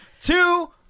two